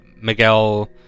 miguel